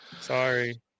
sorry